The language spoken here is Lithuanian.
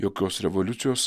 jokios revoliucijos